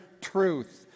truth